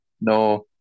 no